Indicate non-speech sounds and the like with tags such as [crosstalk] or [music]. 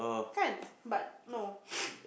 can but no [noise]